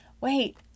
wait